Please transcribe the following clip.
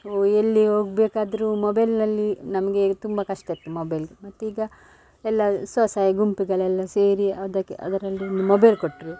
ಎಲ್ಲಿ ಹೊಗಬೇಕಾದ್ರು ಮೊಬೈಲಿನಲ್ಲಿ ನಮಗೆ ತುಂಬ ಕಷ್ಟ ಇತ್ತು ಮೊಬೈಲ್ ಮತ್ತು ಈಗ ಎಲ್ಲ ಸ್ವಸಾಯ ಗುಂಪುಗಳೆಲ್ಲ ಸೇರಿ ಅದಕ್ಕೆ ಅದರಲ್ಲಿ ಒಂದು ಮೊಬೈಲ್ ಕೊಟ್ಟರು